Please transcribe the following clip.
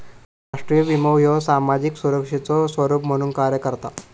राष्ट्रीय विमो ह्यो सामाजिक सुरक्षेचो स्वरूप म्हणून कार्य करता